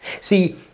See